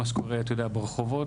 מה שקורה ברחובות.